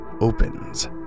opens